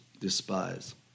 despise